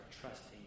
trusting